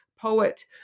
poet